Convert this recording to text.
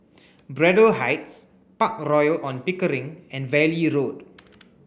Braddell Heights Park Royal On Pickering and Valley Road